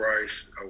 Rice